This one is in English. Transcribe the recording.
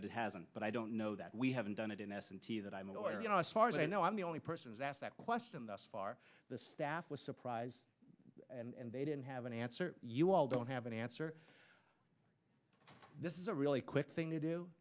that it hasn't but i don't know that we haven't done it in s and t that i'm a lawyer you know as far as i know i'm the only person who asked that question thus far the staff was surprised and they didn't have an answer you all don't have an answer this is a really quick thing to do